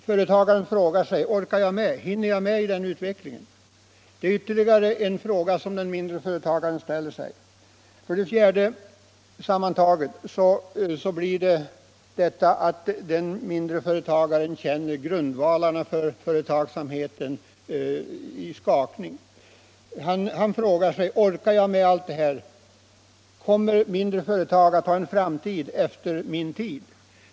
Företagaren frågar sig om han skall kunna klara sin ekonomi och hinna med i utvecklingen. Allt detta tillsammans gör att småföretagaren känner det som om grundvalarna för företagsamheten börjar skaka. Han frågar sig: Orkar jag allt detta? Har den mindre företagsamheten någon framtid?